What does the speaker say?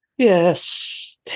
Yes